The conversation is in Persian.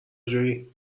جویی